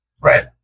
Right